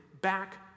back